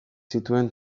zituen